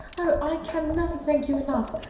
oh, i can never thank you enough.